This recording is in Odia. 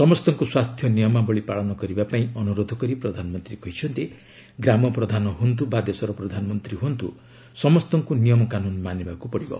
ସମସ୍ତଙ୍କୁ ସ୍ୱାସ୍ଥ୍ୟ ନିୟମାବଳୀ ପାଳନ କରିବା ପାଇଁ ଅନୁରୋଧ କରି ପ୍ରଧାନମନ୍ତ୍ରୀ କହିଛନ୍ତି ଗ୍ରାମ ପ୍ରଧାନ ହୁଅନ୍ତୁ ବା ଦେଶର ପ୍ରଧାନମନ୍ତ୍ରୀ ହୁଅନ୍ତୁ ସମସ୍ତଙ୍କୁ ନିୟମକାନୁନ୍ ମାନିବାକୁ ପଡ଼ିବ